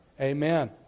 Amen